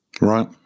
Right